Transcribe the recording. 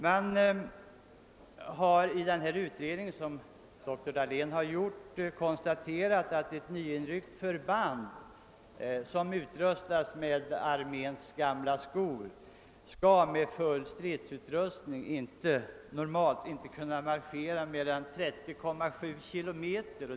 I doktor Dahléns utredning konstateras att ett nyinryckt förband, som utrustas med arméns gamla skor, skall med full stridsutrustning normalt inte kunna marschera mer än 30,7 kilometer.